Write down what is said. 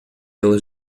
las